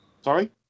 Sorry